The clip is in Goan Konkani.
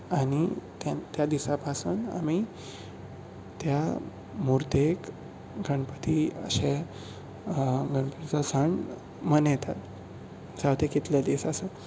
आनी त्या दिसा पसून आमी त्या मुर्तेक गणपती अशे गणपतीचो सण मनयतात जावं ते कितले दीस आसूं